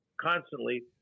constantly